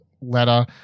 letter